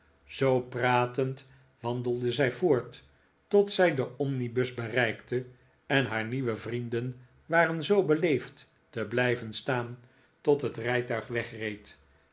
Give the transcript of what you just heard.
zoo pratend wandelde zij voort tot zij den omnibus bereikte en haar nieuwe vrienden waren zoo beleefd te blijven staan tot het rijtuig wegreed